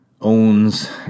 owns